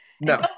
no